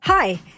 Hi